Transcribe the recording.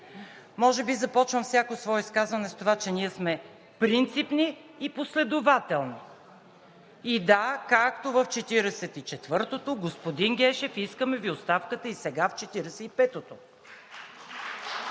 Може би започвам всяко свое изказване с това, че ние сме принципни и последователни. И, да, както в 44-тото – господин Гешев, искаме Ви оставката и сега, в 45-ото!